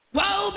Whoa